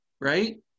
right